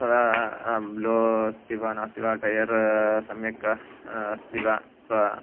तदा ब्लो अस्ति वा नास्ति वा टयर् सम्यक् अस्ति वा अथवा